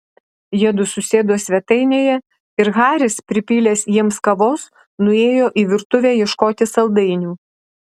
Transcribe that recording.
jiedu susėdo svetainėje ir haris pripylęs jiems kavos nuėjo į virtuvę ieškoti saldainių